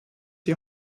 die